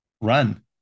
run